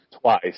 twice